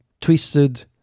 twisted